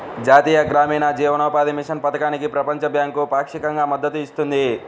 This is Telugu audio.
జాతీయ గ్రామీణ జీవనోపాధి మిషన్ పథకానికి ప్రపంచ బ్యాంకు పాక్షికంగా మద్దతు ఇస్తుంది